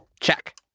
Check